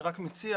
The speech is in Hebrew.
אני רק מציע